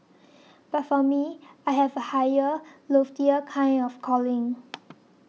but for me I have a higher loftier kind of calling